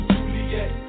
Juliet